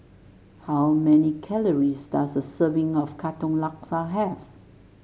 how many calories does a serving of Katong Laksa have